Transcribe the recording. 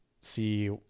see